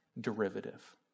derivative